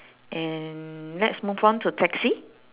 and let's move on to taxi